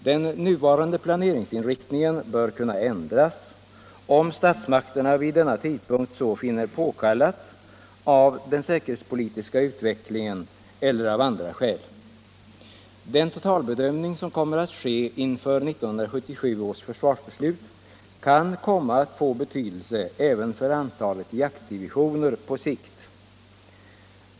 Den nuvarande planeringsinriktningen bör kunna ändras om statsmakterna vid denna tidpunkt så finner påkallat av den säkerhetspolitiska utvecklingen eller av andra skäl. Den totalbedömning som kom mer att ske inför 1977 års försvarsbeslut kan komma att få betydelse även för antalet jaktdivisioner på sikt.